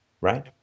right